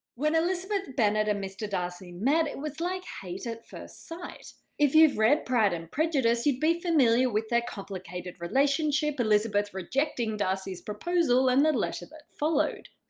when elizabeth bennet and mr. darcy met it was like hate at first sight. if you've read pride and prejudice, you'd be familiar with their complicated relationship, elizabeth rejecting darcy's proposal and the letter that followed.